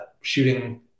shooting